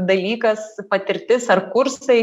dalykas patirtis ar kursai